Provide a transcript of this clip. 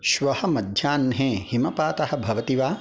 श्वः मध्याह्ने हिमपातः भवति वा